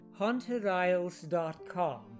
HauntedIsles.com